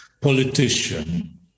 politician